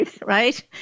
right